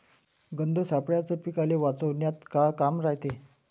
गंध सापळ्याचं पीकाले वाचवन्यात का काम रायते?